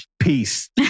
Peace